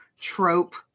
trope